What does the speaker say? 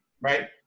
right